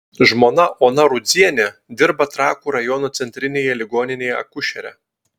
žmona ona rudzienė dirba trakų rajono centrinėje ligoninėje akušere